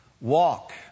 Walk